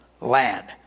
land